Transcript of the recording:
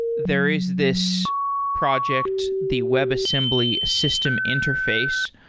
there is this project, the webassembly system interface.